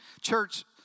church